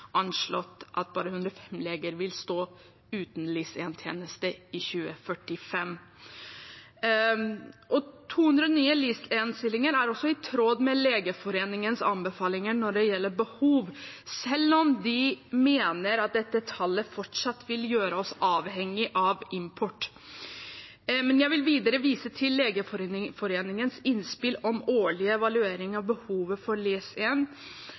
nye LIS1-stillinger er også i tråd med Legeforeningens anbefalinger når det gjelder behov, selv om de mener at dette tallet fortsatt vil gjøre oss avhengig av import. Jeg vil videre vise til Legeforeningens innspill om årlig evaluering av behovet for